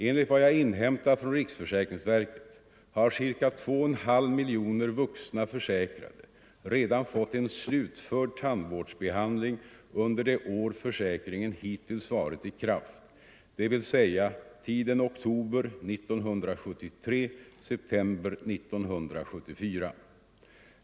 Enligt vad jag inhämtat från riksförsäkringsverket har ca 2,5 miljoner vuxna försäkrade redan fått en slutförd tandvårdsbehandling under det år försäkringen hittills varit i kraft, dvs. tiden oktober 1973-september 1974.